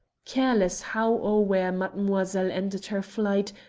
careless how or where mademoiselle ended her flight,